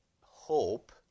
hope